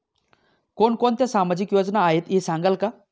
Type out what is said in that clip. कोणकोणत्या सामाजिक योजना आहेत हे सांगाल का?